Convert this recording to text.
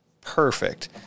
perfect